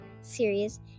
series